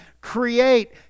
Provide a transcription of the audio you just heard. create